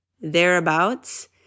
thereabouts